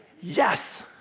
Yes